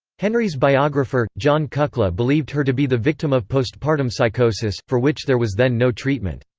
henry's biographer, jon kukla believed her to be the victim of postpartum psychosis, for which there was then no treatment.